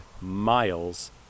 miles